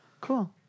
Cool